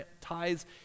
tithes